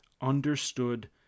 understood